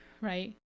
right